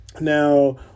Now